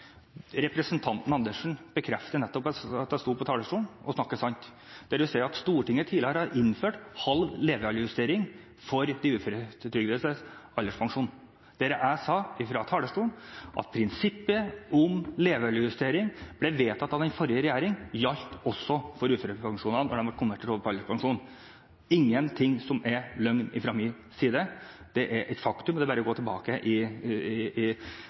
Representanten Andersen bekrefter nettopp at jeg sto på talerstolen og snakket sant, der hun sier at Stortinget tidligere har innført halv levealdersjustering for de uføretrygdedes alderspensjon. Jeg sa fra talerstolen at prinsippet om levealdersjustering, som ble vedtatt av den forrige regjeringen, gjaldt også for uførepensjonistene når de var kommet over på alderspensjon. Det er ingen løgn fra min side. Det er et faktum, det er bare å gå tilbake i